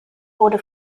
wurde